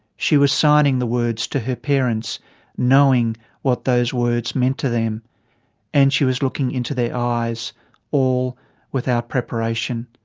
she was signing the words to her parents knowing what those words meant to them and she was looking into their eyes all without preparation.